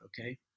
Okay